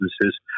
businesses